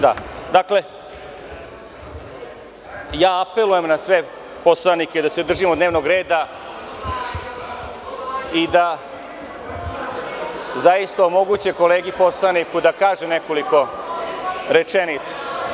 Dakle, ja apelujem na sve poslanike da se držimo dnevnog reda i da zaista omoguće kolegi poslaniku da kaže nekoliko rečenica.